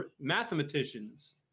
Mathematicians